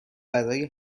برای